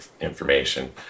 information